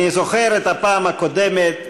אני זוכר את הפעם הקודמת.